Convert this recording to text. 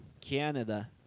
Canada